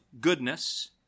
goodness